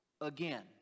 again